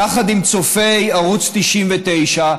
יחד עם צופי ערוץ 99,